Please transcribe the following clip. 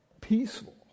peaceful